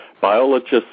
biologists